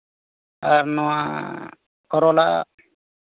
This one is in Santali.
ᱟᱨ ᱱᱚᱶᱟ ᱠᱚᱨᱚᱞᱟ